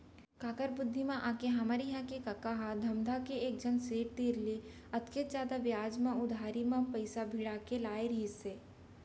काकर बुध म आके हमर इहां के कका ह धमधा के एकझन सेठ तीर ले अतेक जादा बियाज म उधारी म पइसा भिड़ा के लाय रहिस हे